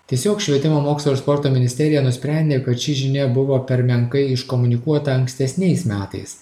tiesiog švietimo mokslo ir sporto ministerija nusprendė kad ši žinia buvo per menkai iškomunikuota ankstesniais metais